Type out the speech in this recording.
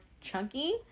chunky